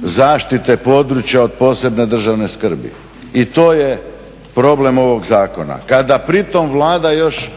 zaštite područja od posebne državne skrbi. I to je problem ovog zakona. Kada pri tom Vlada još